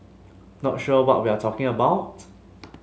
not sure what we're talking about